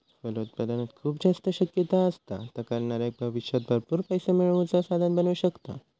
फलोत्पादनात खूप जास्त शक्यता असत, ता करणाऱ्याक भविष्यात भरपूर पैसो मिळवुचा साधन बनू शकता